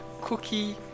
Cookie